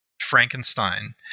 Frankenstein